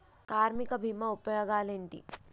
కార్మిక బీమా ఉపయోగాలేంటి?